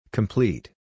Complete